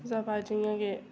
ओह्दे बाद च इयां के